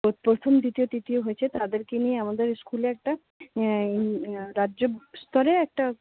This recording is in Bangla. তো প্রথম দ্বিতীয় তৃতীয় হয়েছে তাদের কে নিয়ে আমাদের স্কুলে একটা রাজ্যস্তরে একটা